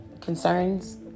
concerns